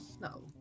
No